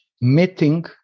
meeting